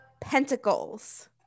Pentacles